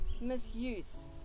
misuse